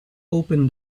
open